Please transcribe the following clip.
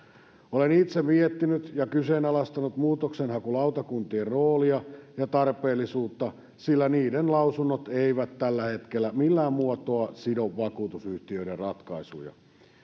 olen itse miettinyt ja kyseenalaistanut muutoksenhakulautakuntien roolia ja tarpeellisuutta sillä niiden lausunnot eivät tällä hetkellä millään muotoa sido vakuutusyhtiöiden ratkaisuja